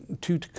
two